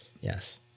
Yes